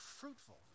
fruitful